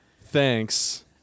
Thanks